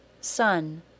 sun